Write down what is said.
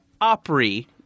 opry